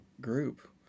group